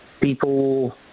people